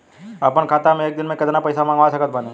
अपना खाता मे एक दिन मे केतना पईसा मँगवा सकत बानी?